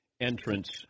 entrance